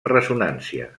ressonància